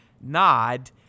nod